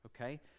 okay